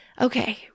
Okay